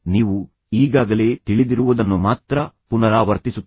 ನೀವು ಮಾತನಾಡುವಾಗ ನೀವು ಈಗಾಗಲೇ ತಿಳಿದಿರುವದನ್ನು ಮಾತ್ರ ಪುನರಾವರ್ತಿಸುತ್ತೀರಿ